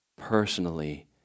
Personally